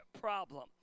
problem